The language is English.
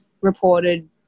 reported